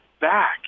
back